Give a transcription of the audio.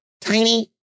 tiny